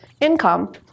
income